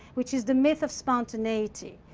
which is the myth of spontaneity,